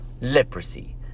leprosy